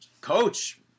Coach